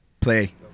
Play